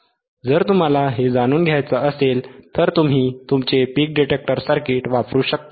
जर तुम्हाला हे जाणून घ्यायचे असेल तर तुम्ही तुमचे पीक डिटेक्टर सर्किट वापरू शकता